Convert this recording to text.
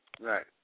Right